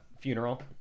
Funeral